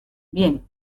bien